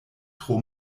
tro